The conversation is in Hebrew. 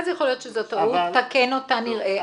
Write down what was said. אז יכול להיות שזו טעות, תקן אותה, נראה.